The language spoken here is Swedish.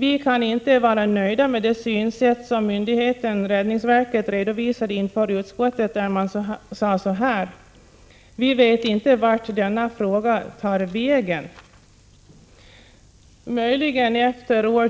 Vi kan inte vara nöjda med det synsätt som myndigheten, räddningsverket, redovisat inför utskottet: Vi vet inte vart denna fråga tar vägen. Möjligen efter år